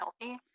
healthy